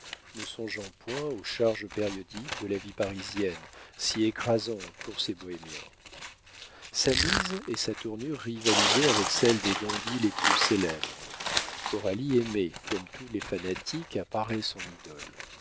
ne songeant point aux charges périodiques de la vie parisienne si écrasantes pour ces bohémiens sa mise et sa tournure rivalisaient avec celles des dandies les plus célèbres coralie aimait comme tous les fanatiques à parer son idole